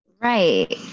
Right